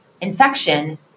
infection